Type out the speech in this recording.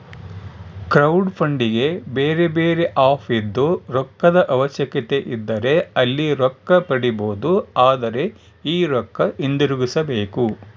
ಕ್ರೌಡ್ಫಂಡಿಗೆ ಬೇರೆಬೇರೆ ಆಪ್ ಇದ್ದು, ರೊಕ್ಕದ ಅವಶ್ಯಕತೆಯಿದ್ದರೆ ಅಲ್ಲಿ ರೊಕ್ಕ ಪಡಿಬೊದು, ಆದರೆ ಈ ರೊಕ್ಕ ಹಿಂತಿರುಗಿಸಬೇಕು